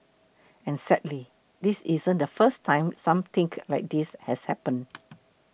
and sadly this isn't the first time something like this has happened